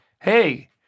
Hey